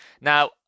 Now